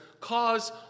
Cause